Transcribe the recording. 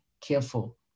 careful